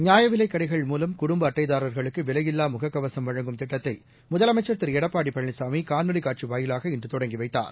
நியாயவிலைக் கடைகள் மூலம் குடும்பஅட்டைதாரா்களுக்குவிலையில்லாமுகக்கவசம் வழங்கும் திட்டத்தைமுதலமைச்சர்திருளடப்பாடிபழனிசாமிகாணொலிகாட்சிவாயிலாக இன்றுதொடங்கிவைத்தார்